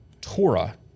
Torah